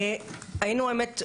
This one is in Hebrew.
היינו האמת,